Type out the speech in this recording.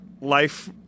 life